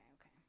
okay